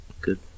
good